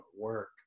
work